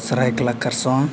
ᱥᱚᱨᱟᱭᱠᱮᱞᱞᱟ ᱠᱷᱟᱨᱥᱟᱣᱟ